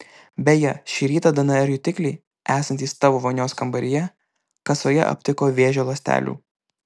beje šį rytą dnr jutikliai esantys tavo vonios kambaryje kasoje aptiko vėžio ląstelių